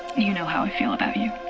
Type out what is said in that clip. you know how i feel about you.